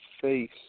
face